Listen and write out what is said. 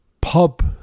pub